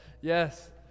yes